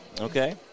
Okay